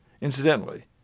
Incidentally